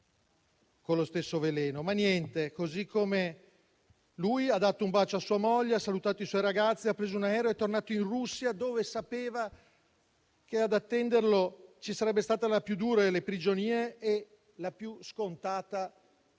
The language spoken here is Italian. con lo stesso veleno, ma niente: come ha dato un bacio a sua moglie, ha salutato i suoi ragazzi, ha preso un aereo ed è tornato in Russia, dove sapeva che ad attenderlo ci sarebbero state la più dura delle prigionie e la più scontata delle